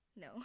No